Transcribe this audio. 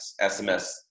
SMS